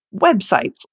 websites